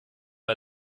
bei